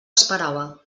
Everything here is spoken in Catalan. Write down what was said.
esperava